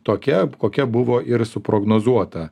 tokia kokia buvo ir suprognozuota